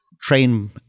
train